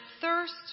thirst